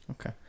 Okay